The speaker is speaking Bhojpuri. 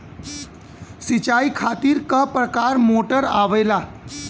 सिचाई खातीर क प्रकार मोटर आवेला?